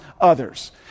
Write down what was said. others